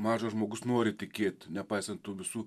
mažas žmogus nori tikėt nepaisant tų visų